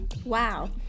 Wow